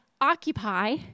Occupy